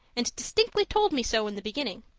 and distinctly told me so in the beginning.